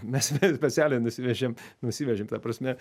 mes specialiai nusivežėm nusivežėm ta prasme